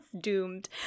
doomed